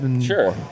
Sure